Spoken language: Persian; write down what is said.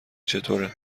چطوره